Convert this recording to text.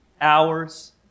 hours